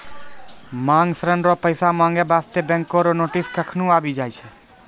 मांग ऋण रो पैसा माँगै बास्ते बैंको रो नोटिस कखनु आबि जाय छै